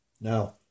Now